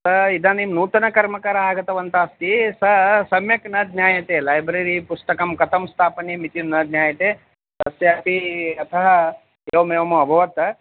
स इदानीं नूतनकर्मकराः आगतवन्तः अस्ति स सम्यक् न ज्ञायते लैब्ररी पुस्तकं कथं स्थापनीयामि इति न ज्ञायते तस्यापि अतः एवमेवम अभवत्